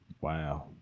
Wow